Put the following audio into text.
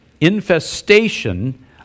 infestation